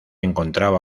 encontraba